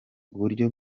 uburyo